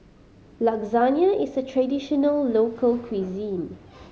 lasagne is a traditional local cuisine